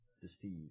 deceive